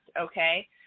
okay